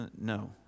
no